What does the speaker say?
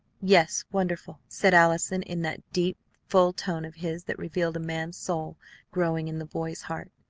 yes, wonderful! said allison in that deep, full tone of his that revealed a man's soul growing in the boy's heart.